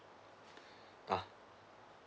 uh